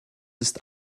ist